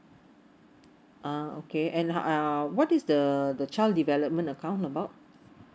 uh okay and uh what is the the child development account about